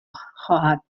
خواهد